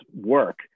work